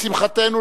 לשמחתנו,